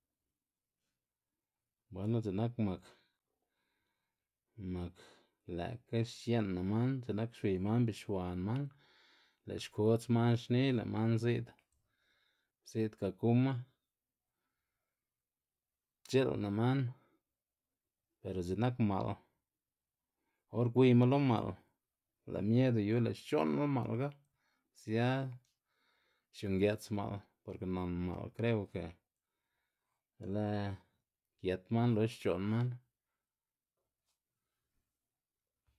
Bueno x̱i'k nak mak mak lë'kga xie'na man x̱i'k nak xwiy man bixuan man, lë' xkodz man xni lë' man zi'd zi'd gaguma c̲h̲i'lna man, bero x̱i'k nak ma'l or gwiyma lo ma'l lë' miedo yu lë' xc̲h̲o'nla ma'lga sia xiungëts ma'l porke nan ma'l kreo ke be le gët man lox xc̲h̲o'n man.